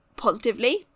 positively